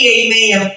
amen